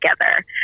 together